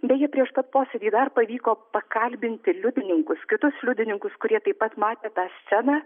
beje prieš pat posėdį dar pavyko pakalbinti liudininkus kitus liudininkus kurie taip pat matė tą sceną